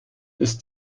ist